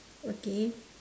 okay